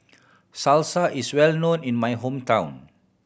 salsa is well known in my hometown